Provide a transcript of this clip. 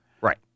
Right